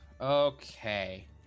Okay